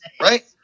Right